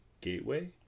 gateway